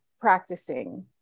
practicing